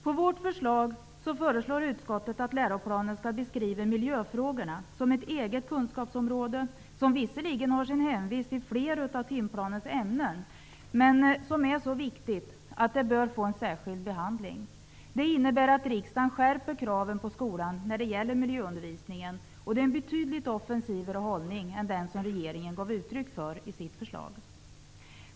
På vårt förslag föreslår utskottet att läroplanen skall beskriva miljöfrågorna som ett eget kunskapsområde som visserligen har sin hemvist i flera av timplanens ämnen men som är så viktigt att det bör få en särskild behandling. Det innebär att riksdagen skärper kraven på skolan när det gäller miljöundervisningen, och det är en betydligt offensivare hållning än den som regeringen gav uttryck för i sitt förslag.